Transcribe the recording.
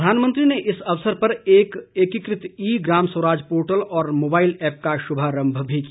प्रधानमंत्री ने इस अवसर पर एक एकीकृत ई ग्राम स्वराज पोर्टल और मोबाइल ऐप का शुभारंभ भी किया